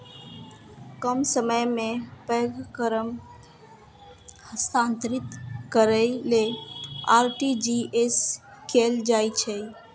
कम समय मे पैघ रकम हस्तांतरित करै लेल आर.टी.जी.एस कैल जाइ छै